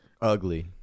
Ugly